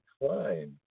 decline